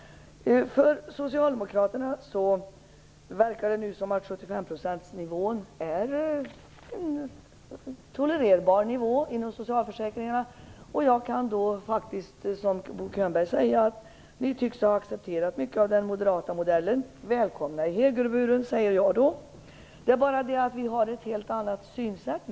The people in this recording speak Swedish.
För Socialdemokraterna verkar det nu som att 75 procentsnivån är en tolererbar nivå inom socialförsäkringarna. Jag kan konstatera, som Bo Könberg säger, att ni tycks ha accepterat mycket av den moderata modellen. Välkomna in i högerburen! Det är bara det att vi har ett helt annat synsätt.